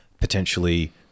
potentially